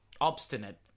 obstinate